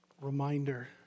reminder